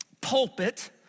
pulpit